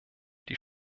die